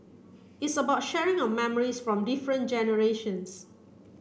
it's about sharing of memories from different generations